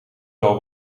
wel